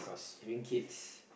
having kids